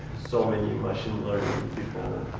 so many machine like